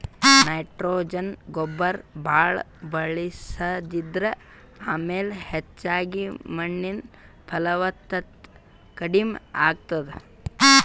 nitrogen ಗೊಬ್ಬರ್ ಭಾಳ್ ಬಳಸದ್ರಿಂದ ಆಮ್ಲ ಹೆಚ್ಚಾಗಿ ಮಣ್ಣಿನ್ ಫಲವತ್ತತೆ ಕಡಿಮ್ ಆತದ್